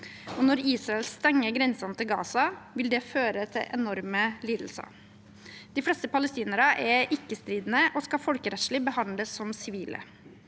Når Israel stenger grensene til Gaza, vil det føre til enorme lidelser. De fleste palestinere er ikke-stridende og skal folkerettslig behandles som sivile.